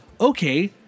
okay